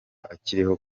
atakiriho